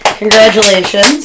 Congratulations